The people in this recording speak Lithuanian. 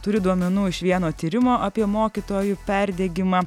turiu duomenų iš vieno tyrimo apie mokytojų perdegimą